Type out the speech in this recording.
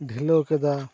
ᱰᱷᱤᱞᱟᱹᱣ ᱠᱮᱫᱟ